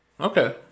Okay